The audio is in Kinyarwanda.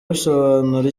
bisobanura